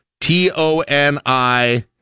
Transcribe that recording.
t-o-n-i